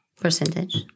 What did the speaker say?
Percentage